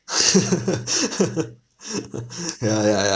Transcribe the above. ya ya ya